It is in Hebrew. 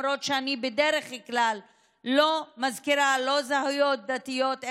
למרות שאני בדרך כלל לא מזכירה זהויות דתיות,